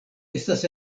estas